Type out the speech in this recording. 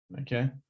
okay